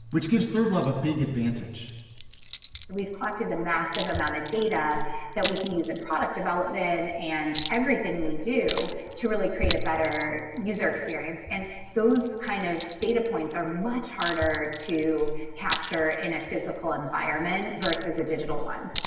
which gives third love a big advantage we've collected a massive amount of data that we can use in product development and everything we do to really create a better user experience. and those kind of data points are much harder to capture in a physical environment versus a digital one